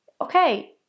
okay